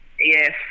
Yes